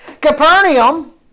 Capernaum